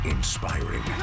Inspiring